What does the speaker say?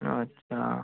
अच्छा